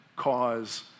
cause